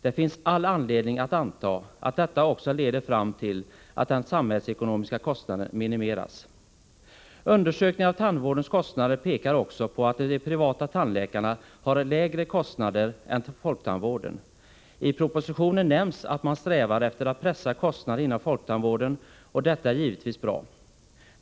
Det finns all anledning att anta att detta också leder fram till att den samhällsekonomiska kostnaden minimeras. Undersökningar av tandvårdens kostnader pekar också på att de privata tandläkarna har lägre kostnader än folktandvården. I propositionen nämns att man strävar efter att pressa kostnaderna inom folktandvården, och detta är givetvis bra.